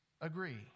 agree